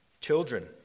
Children